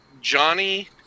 johnny